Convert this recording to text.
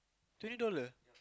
twenty dollar